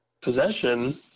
possession